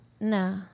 No